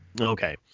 Okay